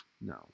No